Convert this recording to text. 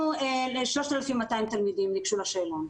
3,200 תלמידים ניגשו לשאלון.